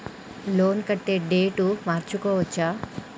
Loan కట్టే date మార్చుకోవచ్చా?